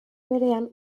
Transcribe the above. berean